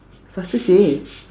faster say